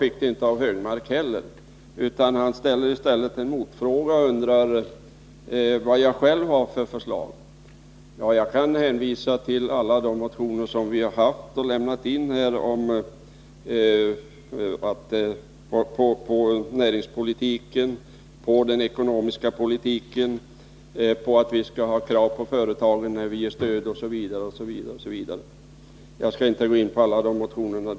I stället för att svara på det undrade Anders Högmark vad jag själv har för förslag. Ja, jag kan hänvisa till alla de socialdemokratiska motioner som väckts om näringspolitiken och den ekonomiska politiken m.m. Där sägs att krav skall ställas på de företag som får stöd osv. Men jag skall inte gå in på alla de motionerna.